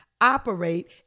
operate